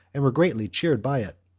and were greatly cheered by it.